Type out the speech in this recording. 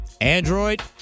Android